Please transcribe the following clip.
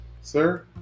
Sir